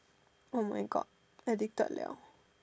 oh my God addicted liao